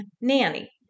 nanny